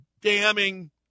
damning